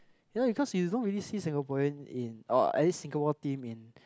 you know because we don't really see Singaporean in or at least Singapore team in